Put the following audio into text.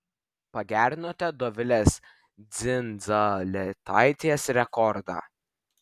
pagerinote dovilės dzindzaletaitės rekordą